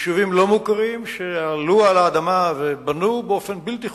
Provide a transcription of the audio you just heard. ביישובים לא מוכרים שעלו על האדמה ובנו באופן בלתי חוקי.